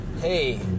hey